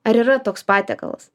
ar yra toks patiekalas